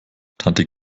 tante